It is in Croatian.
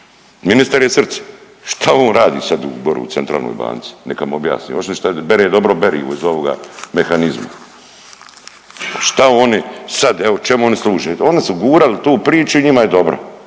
Ministar je srce. Šta on radi sad tu gore u centralnoj banci, neka mi objasni. Osim šta bere dobro berivo iz ovoga Mehanizma. Šta oni sad, evo, čemu oni služe? Oni su gurali tu priču i njima je dobro.